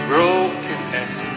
Brokenness